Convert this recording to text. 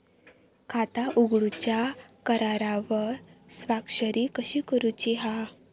खाता उघडूच्या करारावर स्वाक्षरी कशी करूची हा?